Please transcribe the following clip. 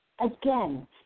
Again